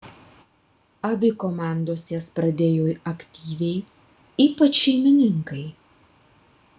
abi komandos jas pradėjo aktyviai ypač šeimininkai